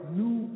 new